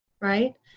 right